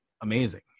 amazing